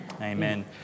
Amen